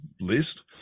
list